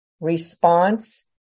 Response